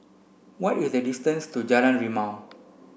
what is the distance to Jalan Rimau